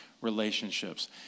relationships